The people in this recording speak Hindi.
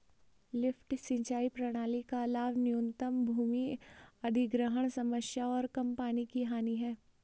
लिफ्ट सिंचाई प्रणाली का लाभ न्यूनतम भूमि अधिग्रहण समस्या और कम पानी की हानि है